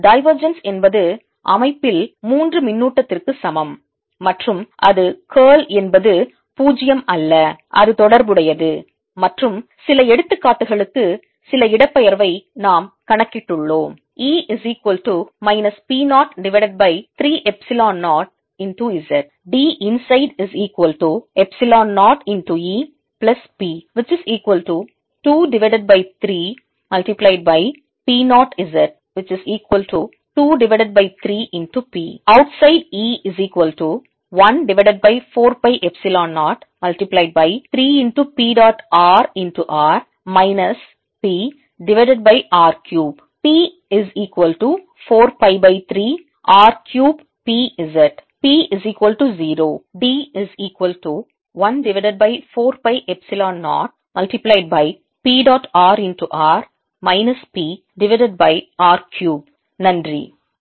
divergence என்பது அமைப்பில் மூன்று மின்னூட்டத்திற்கு சமம் மற்றும் அது curl என்பது 0 அல்ல அது தொடர்புடையது மற்றும் சில எடுத்துக்காட்டுகளுக்கு சில இடப்பெயர்வை நாம் கணக்கிட்டுள்ளோம்